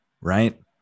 right